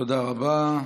תודה רבה.